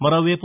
మరోవైపు